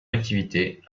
activité